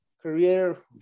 career